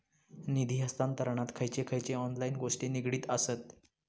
निधी हस्तांतरणाक खयचे खयचे ऑनलाइन गोष्टी निगडीत आसत?